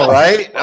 right